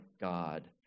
God